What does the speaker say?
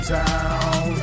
town